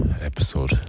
Episode